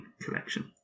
collection